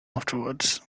afterwards